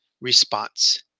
response